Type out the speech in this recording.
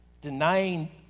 denying